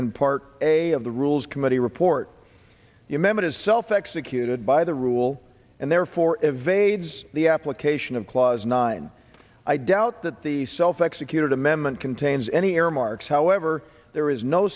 in part a of the rules committee report your member is self executed by the rule and therefore evades the application of clause nine i doubt that the self executed amendment contains any earmarks however there is no